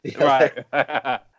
Right